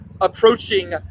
approaching